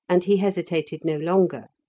and he hesitated no longer.